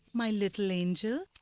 my little angel!